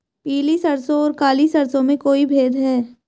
पीली सरसों और काली सरसों में कोई भेद है?